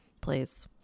Please